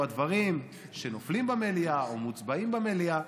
הדברים שנופלים במליאה או מוצבעים במליאה,